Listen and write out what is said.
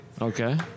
Okay